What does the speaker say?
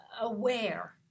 aware